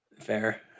fair